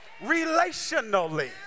relationally